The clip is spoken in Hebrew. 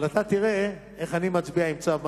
אבל אתה תראה איך אני מצביע עם צו מצפוני,